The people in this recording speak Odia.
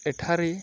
ଏଠାରେ